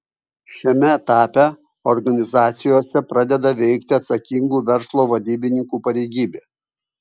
šiame etape organizacijose pradeda veikti atsakingų verslo vadybininkų pareigybė